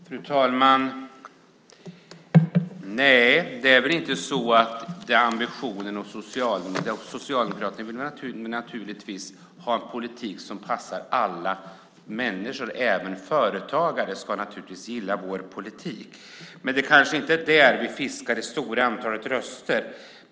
Fru talman! Nej, det är väl inte ambitionen hos Socialdemokraterna. Socialdemokraterna vill naturligtvis ha en politik som passar alla människor. Även företagare ska naturligtvis gilla vår politik. Men det kanske inte är där som vi fiskar det stora antalet röster.